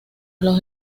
los